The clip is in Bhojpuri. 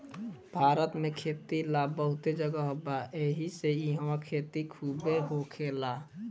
भारत में खेती ला बहुते जगह बा एहिसे इहवा खेती खुबे होखेला